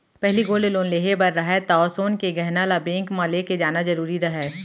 पहिली gold loan लेहे बर रहय तौ सोन के गहना ल बेंक म लेके जाना जरूरी रहय